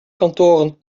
kantoren